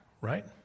right